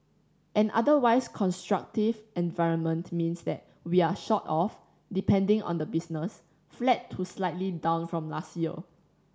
an otherwise constructive environment means that we're sort of depending on the business flat to slightly down from last year